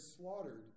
slaughtered